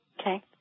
Okay